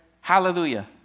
Hallelujah